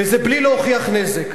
וזה בלי להוכיח נזק.